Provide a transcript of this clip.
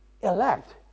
elect